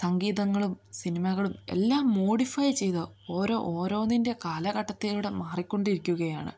സംഗീതങ്ങളും സിനിമകളും എല്ലാം മോഡിഫൈ ചെയ്ത് ഓരോ ഓരോന്നിൻ്റെ കാലഘട്ടത്തിലൂടെ മാറിക്കൊണ്ടിരിക്കുകയാണ്